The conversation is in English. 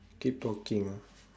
keep talking ah